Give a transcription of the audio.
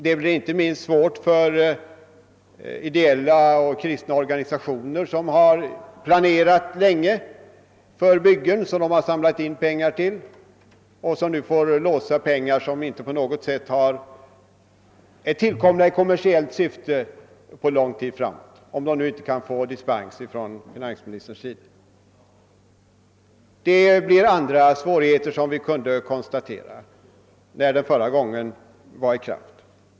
Inte minst blir det besvärligt för ideella och kristna organisationer som länge har planerat byggen och samlat in pengar till dem. Nu får de för lång tid framåt låsa tillgångar som inte på något sätt är tillkomna i kommersiellt syfte, om de inte kan få dispens av finansministern. Också andra svårigheter uppkommer, som vi kunde konstatera förra gången en liknande åtgärd var i kraft.